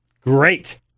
Great